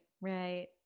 right